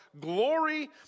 glory